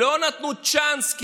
לא נתנו צ'אנס,